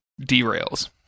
derails